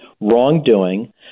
wrongdoing